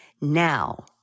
Now